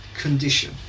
condition